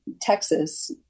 Texas